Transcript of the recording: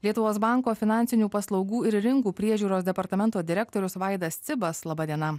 lietuvos banko finansinių paslaugų ir rinkų priežiūros departamento direktorius vaidas cibas laba diena